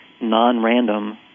non-random